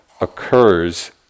occurs